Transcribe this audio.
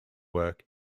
work